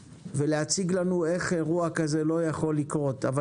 ולהציג לנו איך אירוע כזה לא יקרה שוב.